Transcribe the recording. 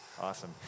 Awesome